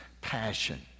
passion